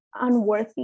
unworthy